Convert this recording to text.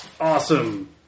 awesome